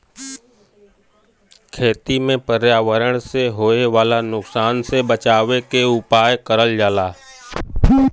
खेती में पर्यावरण से होए वाला नुकसान से बचावे के उपाय करल जाला